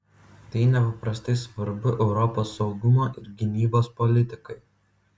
tai nepaprastai svarbu europos saugumo ir gynybos politikai